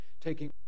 taking